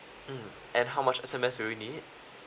mm and how much S_M_S do you need